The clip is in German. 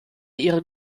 ihren